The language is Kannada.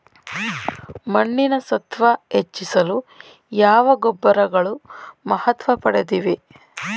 ಮಣ್ಣಿನ ಸತ್ವ ಹೆಚ್ಚಿಸಲು ಯಾವ ಗೊಬ್ಬರಗಳು ಮಹತ್ವ ಪಡೆದಿವೆ?